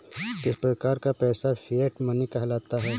किस प्रकार का पैसा फिएट मनी कहलाता है?